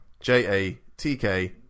J-A-T-K